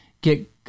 get